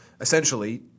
essentially